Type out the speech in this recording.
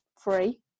free